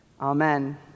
Amen